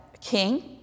King